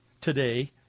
today